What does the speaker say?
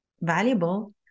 valuable